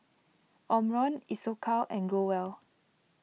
Omron Isocal and Growell